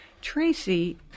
Tracy